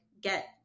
get